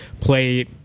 play